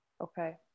Okay